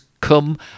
come